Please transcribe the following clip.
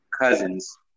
Cousins